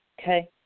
Okay